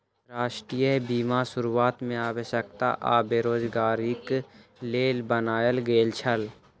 राष्ट्रीय बीमा शुरुआत में अस्वस्थता आ बेरोज़गारीक लेल बनायल गेल छल